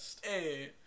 Hey